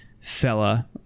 fella